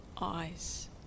eyes